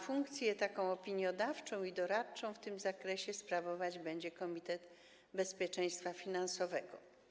Funkcję opiniodawczą i doradczą w tym zakresie sprawować będzie Komitet Bezpieczeństwa Finansowego.